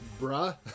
Bruh